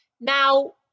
now